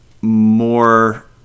more